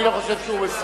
אני לא חושב שהוא מסית.